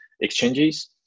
exchanges